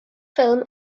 ffilm